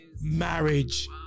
marriage